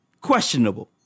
questionable